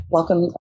Welcome